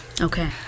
Okay